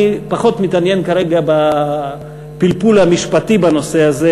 אני פחות מתעניין כרגע בפלפול המשפטי בנושא הזה.